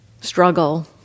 struggle